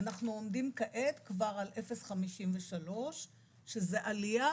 אנחנו עומדים כעת כבר על 0.53% שזה עלייה